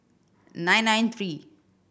nine nine three